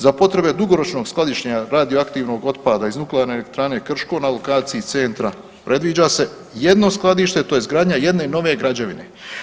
Za potrebe dugoročnog skladištenja radioaktivnog otpada iz Nuklearne elektrane Krško na lokaciji centra predviđa se jedno skladište, to je izgradnja jedne nove građevine.